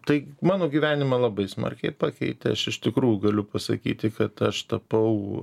tai mano gyvenimą labai smarkiai pakeitė aš iš tikrųjų galiu pasakyti kad aš tapau